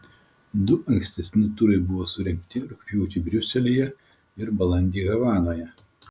du ankstesni turai buvo surengti rugpjūtį briuselyje ir balandį havanoje